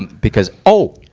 and because oh!